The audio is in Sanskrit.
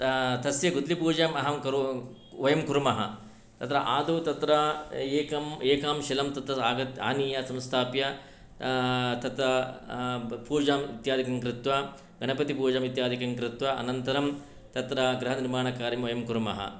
तस्य गुद्लीपूजाम् अहं वयं कुर्मः तत्र आदौ तत्र एकम् एकां शिलां तत्र आनीय संस्थाप्य तत् पूजाम् इत्यादिकङ्कृत्वा गणपतिपूजा इत्यादिकङ्कृत्वा अनन्तरं तत्र गृहनिर्माणकार्यं वयं कुर्मः